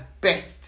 best